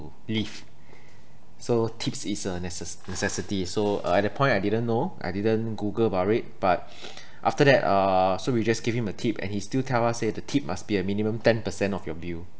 leave so tips is a necessa~ necessity so uh the point I didn't know I didn't google about it but after that uh so we just give him a tip and he still tell us say the tip must be a minimum ten percent of your bill